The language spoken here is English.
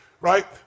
Right